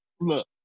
look